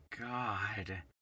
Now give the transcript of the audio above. God